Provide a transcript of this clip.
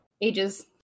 ages